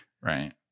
Right